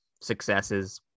successes